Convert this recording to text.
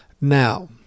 now